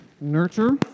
Nurture